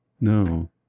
No